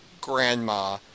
Grandma